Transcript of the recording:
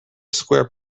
square